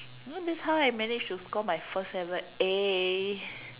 you know that's how I manage to score my first ever A